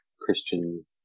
Christian